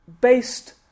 based